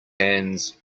hands